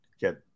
get